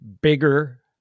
bigger